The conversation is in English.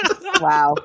wow